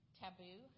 taboo